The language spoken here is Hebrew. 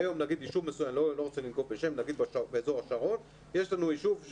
היום יש לנו ישוב מסוים באזור השרון שהוא אדום.